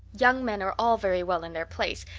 young men are all very well in their place,